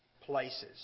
places